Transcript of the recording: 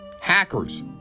hackers